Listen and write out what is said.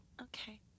okay